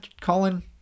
Colin